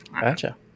Gotcha